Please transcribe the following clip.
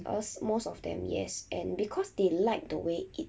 I was most of them yes and because they like the way it